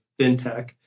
FinTech